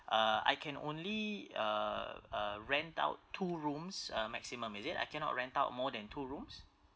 uh I can only uh uh rent out two rooms uh maximum is it I cannot rent out more than two rooms